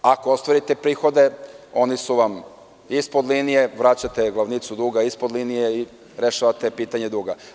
Ako ostvarite prihode, oni su vam ispod linije, vraćate glavnicu duga ispod linije i rešavate pitanje duga.